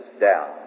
down